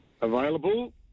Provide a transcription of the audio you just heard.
available